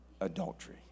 adultery